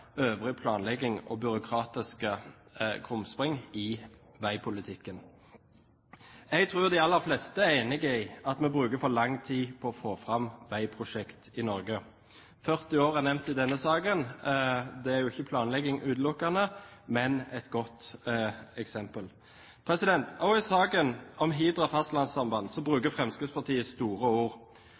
øvrig planlegging og byråkratiske krumspring i veipolitikken. Jeg tror de aller fleste er enig i at vi bruker for lang tid på å få fram veiprosjekter i Norge. 40 år er nevnt i denne saken. Det er jo ikke planlegging utelukkende, men et godt eksempel. Også i saken om Hidra fastlandssamband bruker Fremskrittspartiet store ord.